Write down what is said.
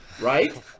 right